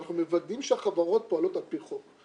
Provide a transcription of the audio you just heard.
אנחנו מוודאים שהחברות פועלות על פי חוק.